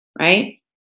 right